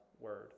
word